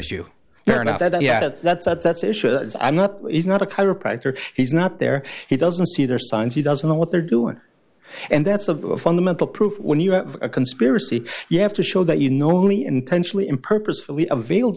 isha i'm not he's not a chiropractor he's not there he doesn't see their signs he doesn't know what they're doing and that's of fundamental proof when you have a conspiracy you have to show that you normally intentionally in purposefully